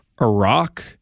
Iraq